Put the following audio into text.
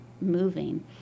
moving